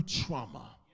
trauma